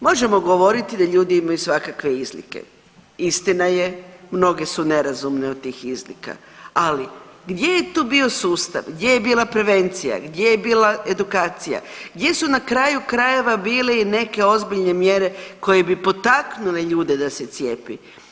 Možemo govoriti da ljudi imaju svakakve izlike, istina je mnoge su nerazumne od tih izlika, ali gdje je tu bio sustav, gdje je bila prevencija, gdje je bila edukacija, gdje su na kraju krajeva bile i neke ozbiljne mjere koje bi potaknule ljude da se cijepi.